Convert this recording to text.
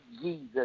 Jesus